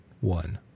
one